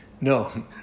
No